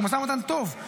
הוא משא ומתן טוב.